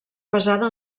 basada